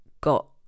got